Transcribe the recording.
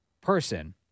person